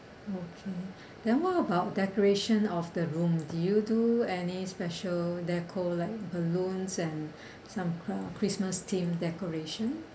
okay then what about decoration of the room do you do any special deco like balloons and some cro~ christmas theme decoration